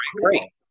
great